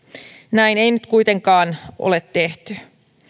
näin ei nyt kuitenkaan ole tehty